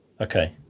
okay